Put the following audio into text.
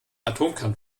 atomkern